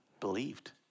Believed